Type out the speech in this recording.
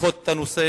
לדחות את הנושא,